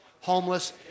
homeless